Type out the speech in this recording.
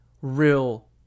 real